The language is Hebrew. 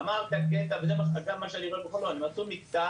תעשו מקטע